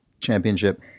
championship